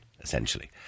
essentially